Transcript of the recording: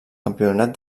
campionat